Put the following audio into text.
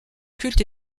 culte